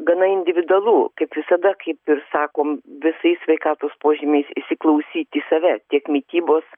gana individualu kaip visada kaip ir sakom visais sveikatos požymiais įsiklausyti į save tiek mitybos